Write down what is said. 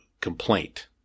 complaint